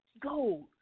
gold